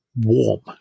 warm